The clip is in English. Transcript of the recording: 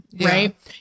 right